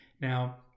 now